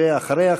ואחריה,